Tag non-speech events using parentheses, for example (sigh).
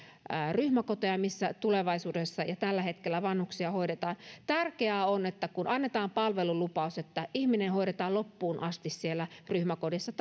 ryhmäkoteja missä tulevaisuudessa ja tällä hetkellä vanhuksia hoidetaan tärkeää on kun annetaan palvelulupaus että ihminen hoidetaan loppuun asti siellä ryhmäkodissa (unintelligible)